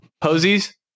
Posies